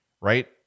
right